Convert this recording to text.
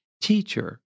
Teacher